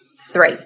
three